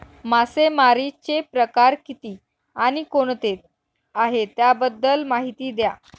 मासेमारी चे प्रकार किती आणि कोणते आहे त्याबद्दल महिती द्या?